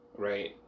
Right